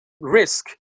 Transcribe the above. risk